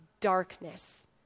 darkness